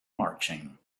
marching